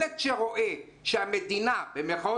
ילד שרואה שהמדינה גונבת אותו במירכאות